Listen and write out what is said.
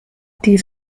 die